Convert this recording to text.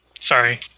Sorry